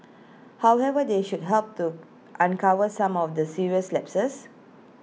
however they should help to uncover some of the serious lapses